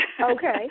Okay